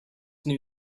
new